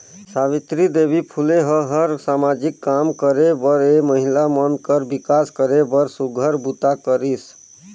सावित्री देवी फूले ह हर सामाजिक काम करे बरए महिला मन कर विकास करे बर सुग्घर बूता करिस